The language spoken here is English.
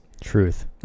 Truth